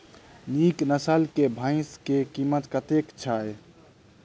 नीक नस्ल केँ भैंस केँ कीमत कतेक छै?